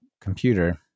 computer